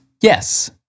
Yes